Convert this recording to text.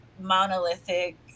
monolithic